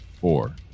four